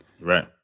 right